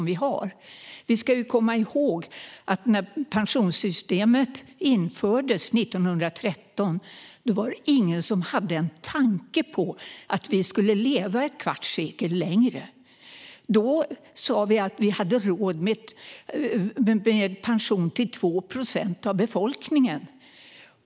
Vi ska komma ihåg att när pensionssystemet infördes 1913 var det ingen som hade en tanke på att vi i dag skulle leva ett kvarts sekel längre. Då sa vi att vi hade råd att betala ut pension till 2 procent av befolkningen.